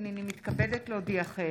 הינני מתכבדת להודיעכם,